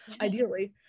ideally